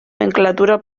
nomenclatura